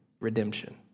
redemption